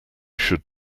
should